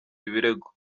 ibirego